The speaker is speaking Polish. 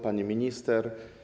Pani Minister!